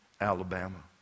Alabama